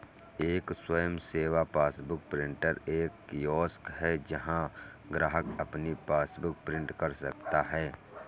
एक स्वयं सेवा पासबुक प्रिंटर एक कियोस्क है जहां ग्राहक अपनी पासबुक प्रिंट कर सकता है